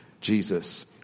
Jesus